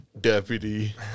deputy